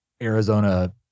Arizona